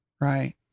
right